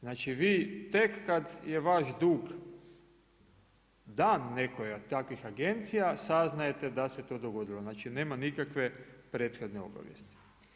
Znači vi tek kad je vaš dug dan nekoj od takvih agencija saznajete da se to dogodilo, znači nema nikakve prethodne obavijesti.